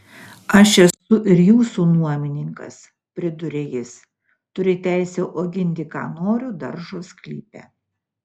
aš esu ir jūsų nuomininkas priduria jis turiu teisę auginti ką noriu daržo sklype